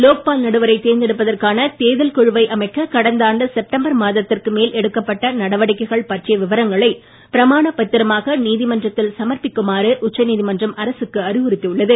லோக்பால் நடுவரை தேர்ந்தெடுப்பதற்கான தேடுதல் குழுவை அமைக்க கடந்த ஆண்டு செப்டம்பர் மாதத்திற்கு மேல் எடுக்கப்பட்ட நடவடிக்கை பற்றிய விவரங்களை பிரமாணப் பத்திரமாக நீதிமன்றத்தில் சமர்ப்பிக்குமாறு உச்ச நீதிமன்றம் அரசுக்கு அறிவுறுத்தியுள்ளது